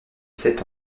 sept